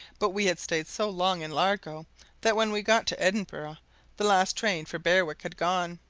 but we had stayed so long in largo that when we got to edinburgh the last train for berwick had gone,